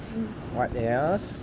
what else